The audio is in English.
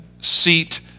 seat